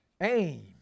aim